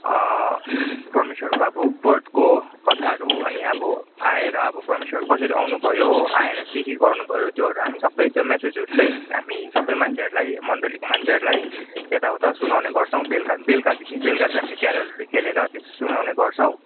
परमेश्वरको अब बर्थको कथाहरू अनि अब आएर अब परमेश्वर कसरी आउनु भयो आएर के के गर्नु भयो त्योहरू हामी सबै त्यो मेसेजहरू चाहिँ हामी सबै मान्छेहरूलाई मण्डलीको मान्छेहरूलाई यता उता सुनाउने गर्छौँ बेलुका बेलुकादेखि बेलुका चाहिँ हामीले क्यारोलहरू खेलेर त्यो सुनाउने गर्छौँ